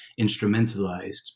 instrumentalized